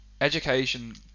education